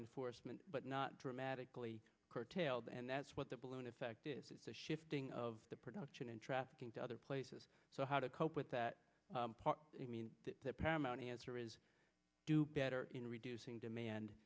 enforcement but not dramatically curtailed and that's what the balloon effect is the shifting of the production and trafficking to other places so how to cope with that i mean the paramount answer is do better in reducing demand